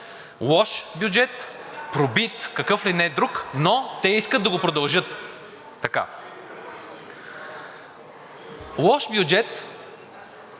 Лош бюджет, пробит, какъв ли не друг, но те искат да го продължат. Лош бюджет,